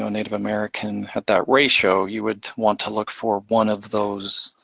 native american, at that ratio, you would want to look for one of those